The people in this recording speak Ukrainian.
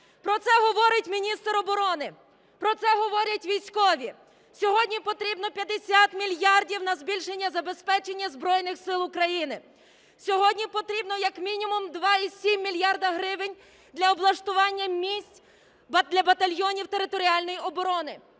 Про це говорить міністр оборони, про це говорять військові: сьогодні потрібно 50 мільярдів на збільшення забезпечення Збройних Сил України, сьогодні потрібно як мінімум 2,7 мільярда гривень для облаштування місць для батальйонів територіальної оборони